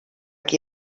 qui